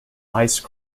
ice